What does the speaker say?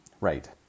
Right